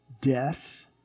death